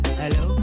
hello